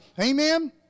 amen